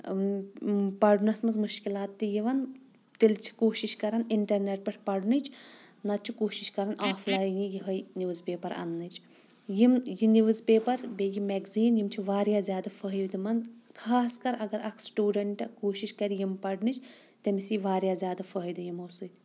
اۭ اۭ پرنس منٛز مشکِلات تہِ یِوان تیٚلہِ چھِ کوٗشش کران انٹرنیٹ پٮ۪ٹھ پرنٕچ نتہٕ چھِ کوشش کران آف لایِن یہے نوز پیپر اننٕچ یِم یہِ نوٕز پیپر بییٚہِ یہِ میٚگزین یِم چھِ واریاہ فٲیِدٕ منٛد خاص کر اگر اکھ سٹوڈنٹ کوشش کرِ یِم پرنٕچ تٔمِس ییہِ واریاہ زیادٕ فٲیِدٕ یِمو سۭتۍ